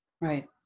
Right